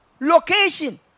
Location